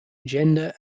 gender